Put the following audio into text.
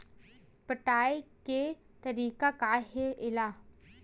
पटाय के तरीका का हे एला?